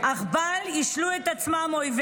אדוני ראש הממשלה היקר,